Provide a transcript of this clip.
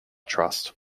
trust